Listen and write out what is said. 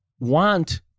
want